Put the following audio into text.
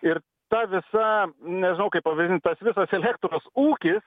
ir ta visa nežinau kaip pavadint tas visas elektros ūkis